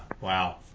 wow